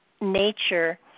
nature